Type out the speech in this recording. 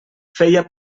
feia